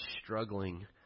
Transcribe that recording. struggling